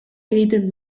egiten